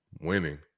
winning